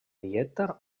dieta